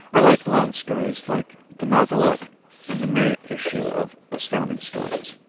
i like long stories like the novelette in the may issue of astounding stories